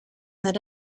that